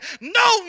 no